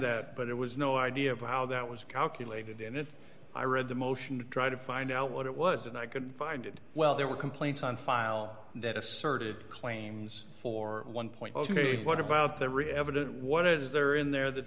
that but it was no idea of how that was calculated and then i read the motion to try to find out what it was and i couldn't find it well there were complaints on file that asserted claims for one point what about the real evidence what is there in there that